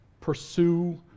Pursue